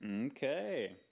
okay